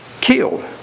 killed